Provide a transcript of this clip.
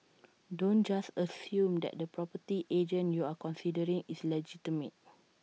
don't just assume that the property agent you're considering is legitimate